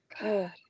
God